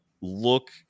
look